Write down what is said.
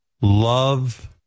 Love